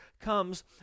comes